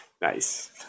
Nice